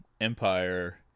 Empire